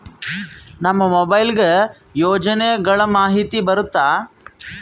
ನಮ್ ಮೊಬೈಲ್ ಗೆ ಯೋಜನೆ ಗಳಮಾಹಿತಿ ಬರುತ್ತ?